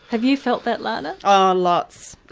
have you felt that lana? oh lots,